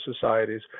societies